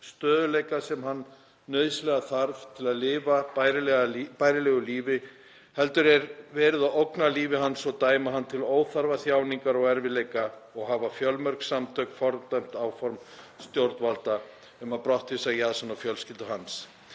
stöðugleika sem hann þarf nauðsynlega til að lifa bærilegu lífi heldur er verið að ógna lífi hans og dæma hann til óþarfaþjáningar og -erfiðleika og hafa fjölmörg samtök fordæmt áform stjórnvalda um að brottvísa Yazan og fjölskyldu hans.